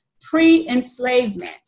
pre-enslavement